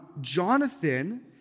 Jonathan